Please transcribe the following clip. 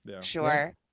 Sure